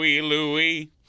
Louis